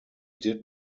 did